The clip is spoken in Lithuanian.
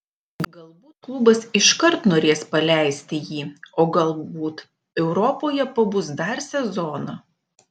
galbūt klubas iškart norės paleisti jį o galbūt europoje pabus dar sezoną